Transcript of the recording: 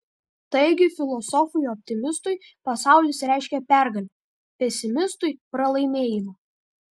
taigi filosofui optimistui pasaulis reiškia pergalę pesimistui pralaimėjimą